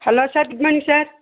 hello sir good morning sir